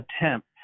attempt